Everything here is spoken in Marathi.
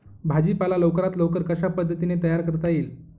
भाजी पाला लवकरात लवकर कशा पद्धतीने तयार करता येईल?